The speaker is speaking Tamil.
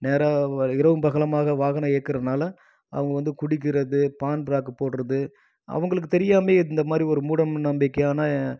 நேரம் இரவும் பகலுமாக வாகனம் இயக்குறதுனால அவங்க வந்து குடிக்கிறது பான் பிராக்கு போடுவது அவங்களுக்கு தெரியாமைலேயே இந்தமாதிரி ஒரு மூட நம்பிக்கையான